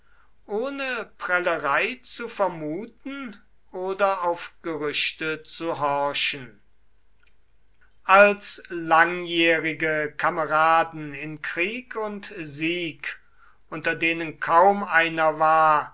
ohne prellerei zu vermuten oder auf gerüchte zu horchen als langjährige kameraden in krieg und sieg unter denen kaum einer war